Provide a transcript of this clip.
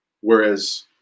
Whereas